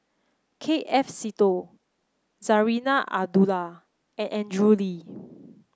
K F Seetoh Zarinah Abdullah and Andrew Lee